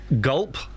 gulp